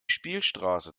spielstraße